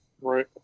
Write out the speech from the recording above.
Right